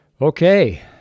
Okay